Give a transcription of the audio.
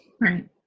Right